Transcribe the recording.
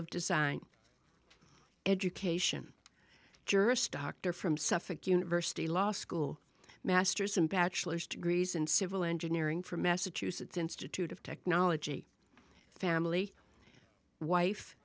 of design education jurist doctor from suffolk university law school master's and bachelor's degrees in civil engineering from massachusetts institute of technology family wife